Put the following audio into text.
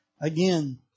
again